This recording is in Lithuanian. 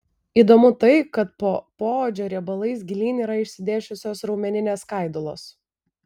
įdomu tai kad po poodžio riebalais gilyn yra išsidėsčiusios raumeninės skaidulos